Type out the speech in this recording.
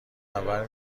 منور